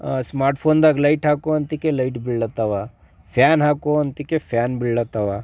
smart ಫೋನ್ದಾಗ light ಹಾಕೋಂತಿಕೆ light ಬೀಳುತ್ತವೆ ಫ್ಯಾನ್ ಹಾಕೋಂತಿಕೆ ಫ್ಯಾನ್ಬೀಳುತ್ತವೆ